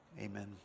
amen